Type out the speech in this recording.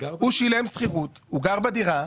הוא שילם שכירות, הוא גר בדירה,